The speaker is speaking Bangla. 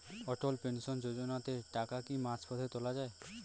অটল পেনশন যোজনাতে টাকা কি মাঝপথে তোলা যায়?